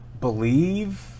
believe